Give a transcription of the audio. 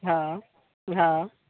हँ हँ